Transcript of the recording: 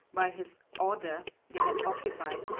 by his order, they had occupied,